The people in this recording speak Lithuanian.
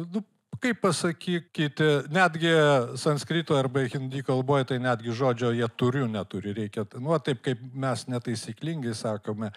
nu kaip pasakykite netgi sanskrito arba hindi kalboj tai netgi žodžio jie turiu neturi reikia tai va taip kaip mes netaisyklingai sakome